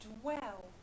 dwell